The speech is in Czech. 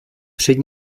před